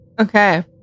Okay